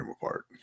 apart